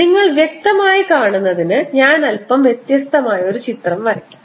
നിങ്ങൾ വ്യക്തമായി കാണുന്നതിന് ഞാൻ അല്പം വ്യത്യസ്തമായ ഒരു ചിത്രം വരയ്ക്കാം